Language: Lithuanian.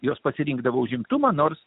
juos pasirinkdavo užimtumą nors